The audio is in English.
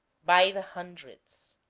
by the hundreds